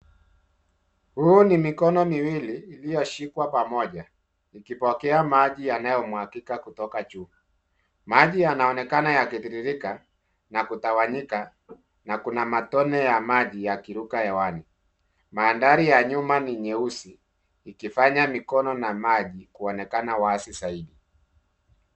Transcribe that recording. Huu ni mikono miwili iliyoshikwa pamoja ikipokea maji yanayomwagika kutoka juu. Maji yanaonekana yakitiririka na kutawanyika na kuna matone ya maji yakiruka hewani. Mandhari ya nyuma ni nyeusi ikifanya mikono na maji kuonekana zaidi.